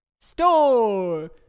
store